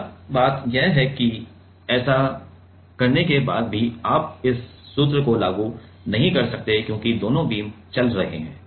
अब बात यह है कि ऐसा करने के बाद भी आप इस सूत्र को लागू नहीं कर सकते क्योंकि दोनों बीम चल रहे हैं